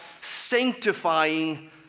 sanctifying